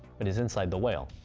but he's inside the whale,